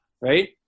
right